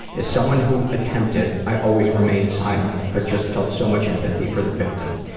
as someone who attempted, i always remain silent, but just felt so much empathy for the victim.